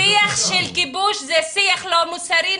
שיח של כיבוש זה שיח לא מוסרי.